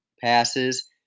passes